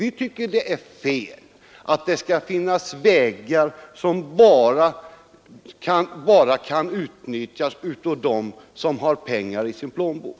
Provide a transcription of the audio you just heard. Vi tycker att det är fel att det skall finnas vägar som bara kan utnyttjas av dem som har pengar i sin plånbok.